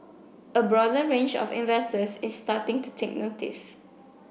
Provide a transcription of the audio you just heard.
a broader range of investors is starting to take notice